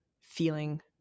feeling